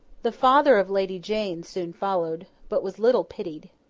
the father of lady jane soon followed, but was little pitied.